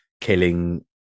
killing